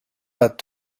pas